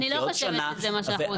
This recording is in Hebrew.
אני לא חושבת שזה מה שאנחנו עושים.